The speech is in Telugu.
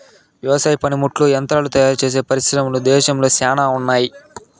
వ్యవసాయ పనిముట్లు యంత్రాలు తయారుచేసే పరిశ్రమలు దేశంలో శ్యానా ఉన్నాయి